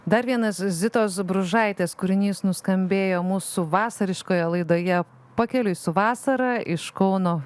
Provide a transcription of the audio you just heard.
dar vienas zitos bružaitės kūrinys nuskambėjo mūsų vasariškoje laidoje pakeliui su vasara iš kauno